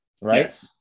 Right